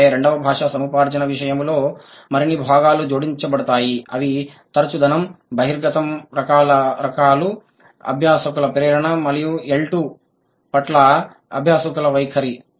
అయితే రెండవ భాషా సముపార్జన విషయంలో మరిన్ని భాగాలు జోడించబడతాయి అవి తరుచుదనం బహిర్గతం రకాలు అభ్యాసకుల ప్రేరణ మరియు L2 రెండవ భాష పట్ల అభ్యాసకుల వైఖరి